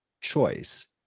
choice